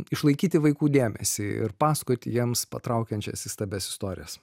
išlaikyti vaikų dėmesį ir pasakoti jiems patraukiančias įstabias istorijas